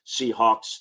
Seahawks